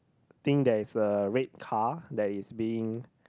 I think there's a red car that's being